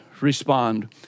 respond